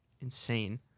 insane